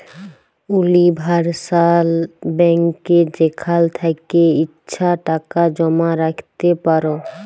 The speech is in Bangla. উলিভার্সাল ব্যাংকে যেখাল থ্যাকে ইছা টাকা জমা রাইখতে পার